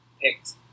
picked